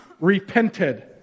repented